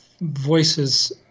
voices